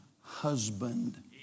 husband